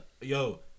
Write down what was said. yo